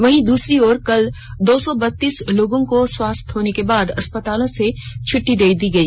वहीं दूसरी ओर कल दो सौ बतीस लोगों को स्वस्थ होने के बाद अस्पतालों से छटटी दे दी गई